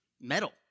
metal